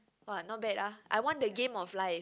!wah! not bad ah I won the game of life